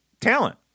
talent